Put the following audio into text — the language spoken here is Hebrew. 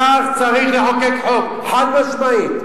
כך צריך לחוקק חוק, חד-משמעית.